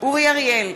אורי אריאל,